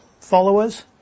followers